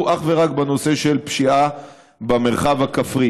אך ורק בנושא של פשיעה במרחב הכפרי.